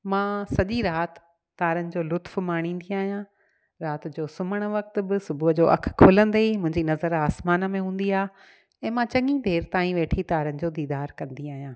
मां सॼी राति तारनि जो लुत्फ़ माणींदी आहियां राति जो सुम्हणु वक़्त बि सुबुह जो अखि खुलंदे ई मुंहिंजी नज़र आसमान में हुंदी आहे ऐं मां चङी देरि ताईं वेठी तारनि जो दीदार कंदी आहियां